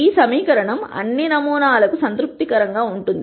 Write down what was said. ఈ సమీకరణం అన్ని నమూనాలకు సంతృప్తికరంగా ఉంది